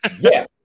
Yes